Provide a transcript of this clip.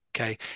okay